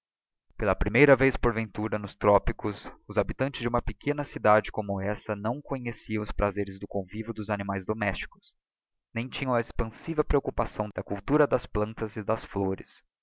pela primeira vez porventura nostropicos oshabitantesde uma pequena cidade como essa não conheciam os prazeres do convívio dos animaes domésticos nem tinham a expansiva preoccupação da cultura das plantas e das flores